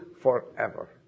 forever